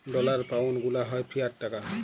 dollar, pound গুলা হ্যয় fiat টাকা